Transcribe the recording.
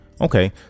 Okay